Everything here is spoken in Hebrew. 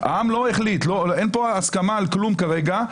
העם לא החליט, אין פה ההסכמה על כלום כרגע.